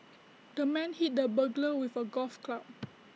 the man hit the burglar with A golf club